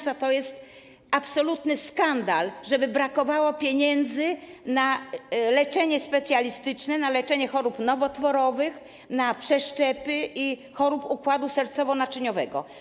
To jest absolutny skandal, żeby brakowało pieniędzy na leczenie specjalistyczne, na leczenie chorób nowotworowych, na przeszczepy i leczenie chorób układu sercowo-naczyniowego.